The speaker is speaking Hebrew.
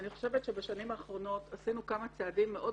אני חושבת שבשנים האחרונות עשינו כמה צעדים מאוד